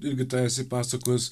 irgi tą esi pasakojęs